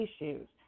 issues